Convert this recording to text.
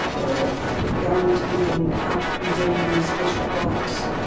of going to the melbourne cup and being in a special box.